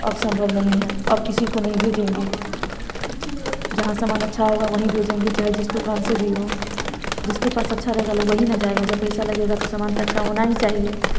आप संभव नहीं है अब किसी को नहीं भेजेंगे जहाँ सामान अच्छा होगा वही भेजेंगे चाहे जिस दुकान से भी हो जिस के पास अच्छा रहेगा लोग वहीं ना जाएग जब पैसा लगेगा तो समान तो अच्छा होना ही चाहिए